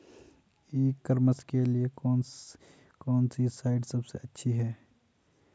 ई commerce के लिए कौनसी साइट सबसे अच्छी है?